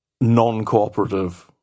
non-cooperative